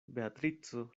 beatrico